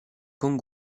con